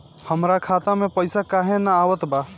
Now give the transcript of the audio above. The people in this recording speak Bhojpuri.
हमरा खाता में पइसा काहे ना आवत बा?